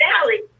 valley